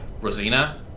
Rosina